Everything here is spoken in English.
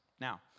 Now